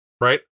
Right